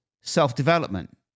self-development